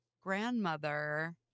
grandmother